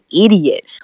idiot